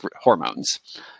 hormones